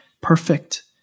perfect